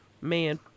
Man